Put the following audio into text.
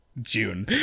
june